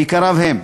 ועיקריו הם: